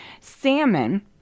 Salmon